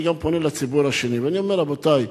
אני פונה גם לציבור השני ואני אומר: רבותי,